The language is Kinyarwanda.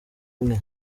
umwe